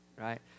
right